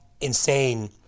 insane